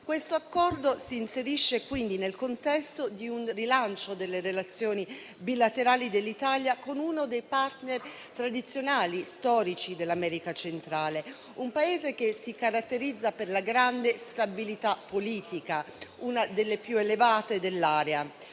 Questo Accordo si inserisce quindi nel contesto di un rilancio delle relazioni bilaterali dell’Italia con uno dei partner tradizionali storici dell’America centrale, un Paese che si caratterizza per la grande stabilità politica, una delle più elevate dell’area.